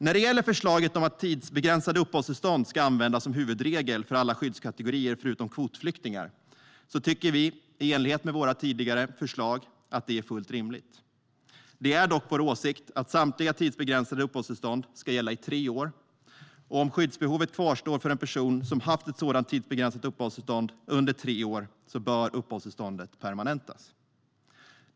När det gäller förslaget om att tidsbegränsade uppehållstillstånd ska användas som huvudregel för alla skyddskategorier förutom kvotflyktingar tycker vi, i enlighet med våra tidigare förslag, att det är fullt rimligt. Det är dock vår åsikt att samtliga tidsbegränsade uppehållstillstånd ska gälla i tre år, och om skyddsbehovet kvarstår för en person som haft ett sådant tidsbegränsat uppehållstillstånd under tre år bör uppehållstillståndet permanentas.